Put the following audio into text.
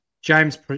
James